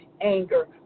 anger